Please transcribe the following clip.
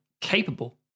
capable